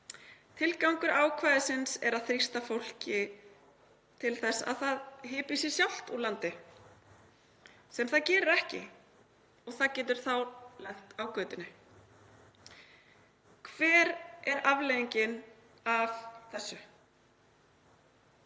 Tilgangur ákvæðisins er að þrýsta á fólk til þess að það hypji sig sjálft úr landi, sem það gerir ekki og getur þá lent á götunni. Hver er afleiðingin af því?